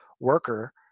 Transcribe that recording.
worker